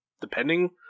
depending